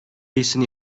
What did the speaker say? iyisini